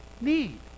need